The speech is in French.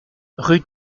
rue